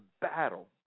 battle